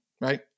right